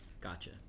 Gotcha